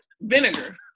vinegar